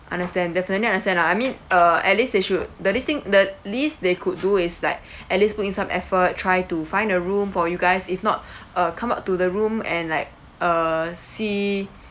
understand definitely understand lah I mean uh at least they should the least thing the least they could do is like at least put in some effort try to find a room for you guys if not uh come up to the room and like uh see